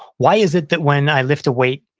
why is it that when i lift a weight,